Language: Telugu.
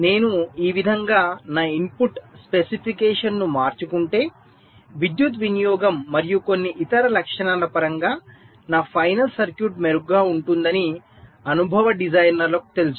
నేను ఈ విధంగా నా ఇన్పుట్ స్పెసిఫికేషన్ను మార్చుకుంటే విద్యుత్ వినియోగం మరియు కొన్ని ఇతర లక్షణాల పరంగా నా ఫైనల్ సర్క్యూట్ మెరుగ్గా ఉంటుందని అనుభవ డిజైనర్లకు తెలుసు